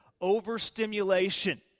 overstimulation